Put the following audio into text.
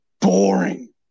boring